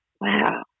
wow